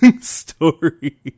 story